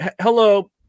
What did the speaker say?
Hello